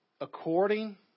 According